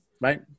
right